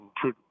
true